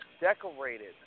decorated